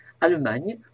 Allemagne